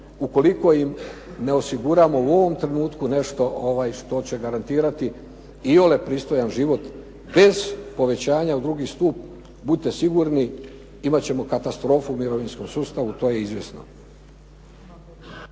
ukoliko im ne osiguramo u ovom trenutku nešto što će garantirati iole pristojan život. Bez povećavanja u II. stup budite sigurni imat ćemo katastrofu u mirovinskom sustavu, to je izvjesno.